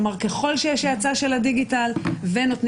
כלומר ככל שיש האצה של הדיגיטל ונותנים